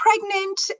pregnant